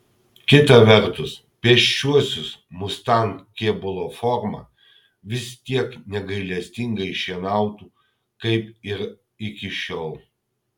kita vertus pėsčiuosius mustang kėbulo forma vis tiek negailestingai šienautų kaip ir iki šiol